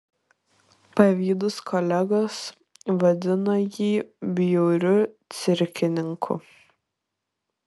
pavydūs kolegos vadino jį bjauriu cirkininku